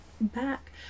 back